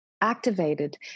activated